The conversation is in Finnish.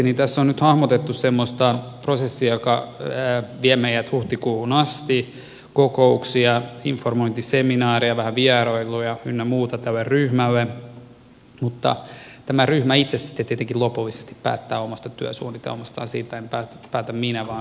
tässä on nyt hahmotettu semmoista prosessia joka vie meidät huhtikuuhun asti kokouksia informointiseminaareja vähän vierailuja ynnä muuta tälle ryhmälle mutta tämä ryhmä itse sitten tietenkin lopullisesti päättää omasta työsuunnitelmastaan siitä en päätä minä vaan ryhmä itse